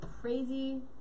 crazy